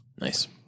Nice